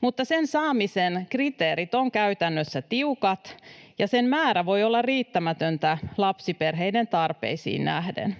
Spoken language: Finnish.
mutta sen saamisen kriteerit ovat käytännössä tiukat, ja sen määrä voi olla riittämätöntä lapsiperheiden tarpeisiin nähden.